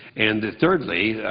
and thirdly,